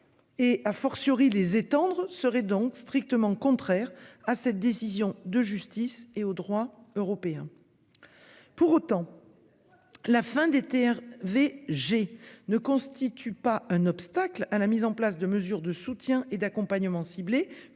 Et a fortiori les étendre seraient donc strictement contraire à cette décision de justice et aux droits européens. Pour autant. La fin d'été. V. j'ai ne constitue pas un obstacle à la mise en place de mesures de soutien et d'accompagnement ciblé